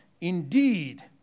indeed